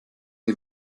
die